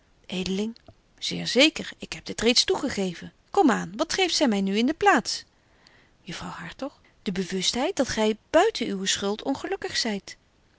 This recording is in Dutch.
zeer zeker ik heb dit reeds toegegeven kom aan wat geeft zy my nu in de plaats juffrouw hartog de bewustheid dat gy buiten uwen schuld ongelukkig zyt